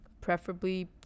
Preferably